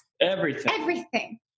everything—everything